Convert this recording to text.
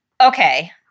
Okay